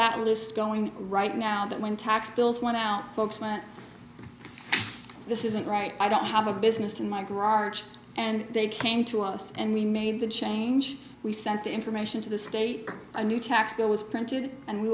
that list going right now that when tax bills went out this isn't right i don't have a business in my garage and they came to us and we made the change we sent the information to the state a new tax bill was printed and we